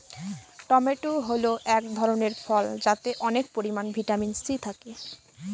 tomato হল এক ধরনের ফল যাতে অনেক পরিমান ভিটামিন সি থাকে